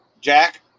Jack